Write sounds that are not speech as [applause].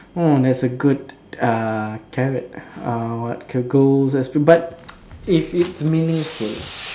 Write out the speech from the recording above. hmm that's a good uh carrot uh what car~ goals as to but [noise] if it's meaningful